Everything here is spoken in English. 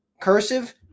Cursive